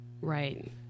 Right